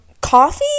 coffee